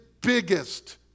biggest